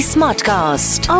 Smartcast